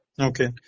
Okay